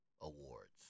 awards